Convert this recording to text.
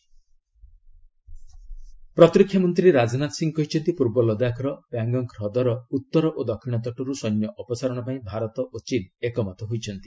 Indo ଚୀନ ପ୍ରତିରକ୍ଷାମନ୍ତ୍ରୀ ରାଜନାଥ ସିଂ କହିଚ୍ଚନ୍ତି ପୂର୍ବ ଲଦାଖର ପ୍ୟାଙ୍ଗଙ୍ଗ୍ ହ୍ରଦର ଉତ୍ତର ଓ ଦକ୍ଷିଣ ତଟରୁ ସୈନ୍ୟ ଅପସାରଣ ପାଇଁ ଭାରତ ଓ ଚୀନ ଏକମତ ହୋଇଛନ୍ତି